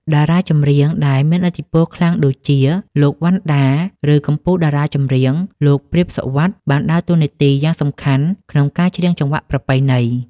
តារាចម្រៀងដែលមានឥទ្ធិពលខ្លាំងដូចជា លោក វណ្ណដា ឬកំពូលតារាចម្រៀង លោក ព្រាប សុវត្ថិ បានដើរតួនាទីយ៉ាងសំខាន់ក្នុងការច្រៀងចង្វាក់ប្រពៃណី។